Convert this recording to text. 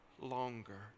longer